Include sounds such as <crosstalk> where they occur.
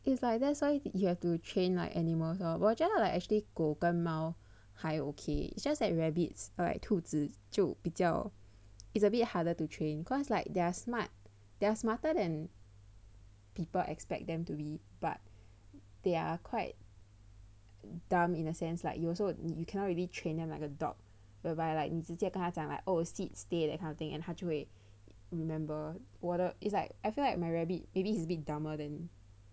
<laughs> it's like that's why you have to train like animals lor 我觉得 like actually 狗跟猫还 ok it's just that rabbits are like 兔子就比较 it's a bit harder to train cause like they're smart they are smarter than people expect them to be but they are quite dumb in a sense like you also you cannot really train them like a dog whereby like 你直接跟他讲 like oh sit stay that kind of thing then 他就会 remember it's like I feel like my rabbit maybe he's a bit dumber than